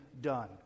done